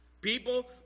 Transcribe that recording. People